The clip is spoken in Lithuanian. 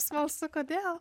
smalsu kodėl